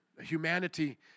humanity